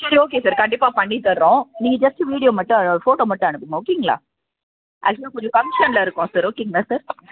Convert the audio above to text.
சரி okay sir கண்டிப்பாக பண்ணித் தர்றோம் நீங்கள் ஜஸ்ட்டு வீடியோ மட்டும் அதாவது ஃபோட்டோ மட்டும் அனுப்புங்கள் ஓகேங்களா ஆக்சுவலாக கொஞ்சம் ஃபங்ஷன்ல இருக்கோம் சார் ஓகேங்களா சார்